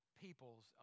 peoples